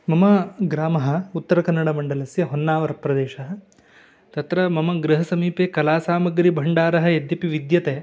मम ग्रामः उत्तरकन्नडमण्डलस्य होन्नावरप्रदेशः तत्र मम गृहसमीपे कलासामग्रीभण्डारः यद्यपि विद्यते